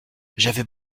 j’avais